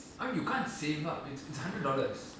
I mean you can't save up it's it's hundred dollars